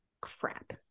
crap